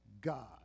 God